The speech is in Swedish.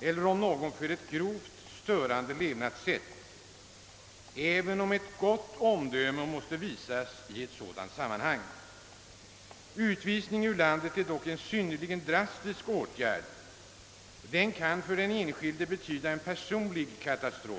eller det förhållandet att någon för ett grovt störande levnadssätt, även om vi anser att ett gott omdöme måste visas i ett sådant sammanhang. Utvisning ur landet är dock en synnerligen drastisk åtgärd, som för den enskilde kan betyda en personlig katastrof.